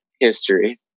history